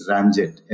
Ramjet